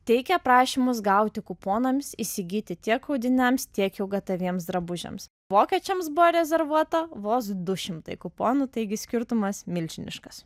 teikė prašymus gauti kuponams įsigyti tiek audiniams tiek jau gataviems drabužiams vokiečiams buvo rezervuota vos du šimtai kuponų taigi skirtumas milžiniškas